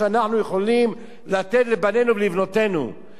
ולבנותינו אם אנחנו לא נבלום את זה בעצמנו?